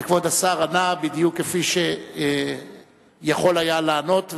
וכבוד השר ענה בדיוק כפי שיכול היה לענות.